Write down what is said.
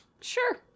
Sure